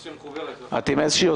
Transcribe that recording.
חכו רגע, עכשיו סעיף 61. 46 אישרנו.